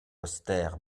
austère